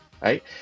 right